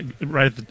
right